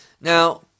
now